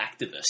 activist